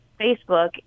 Facebook